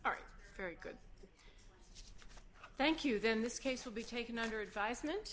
are very good thank you then this case will be taken under advisement